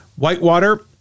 Whitewater